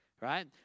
right